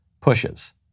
pushes